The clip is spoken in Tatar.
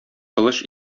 кылыч